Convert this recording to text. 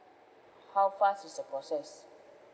how fast is the process